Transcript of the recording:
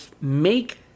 make